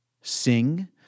sing